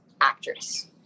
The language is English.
actress